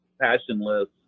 passionless